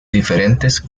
diferentes